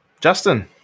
Justin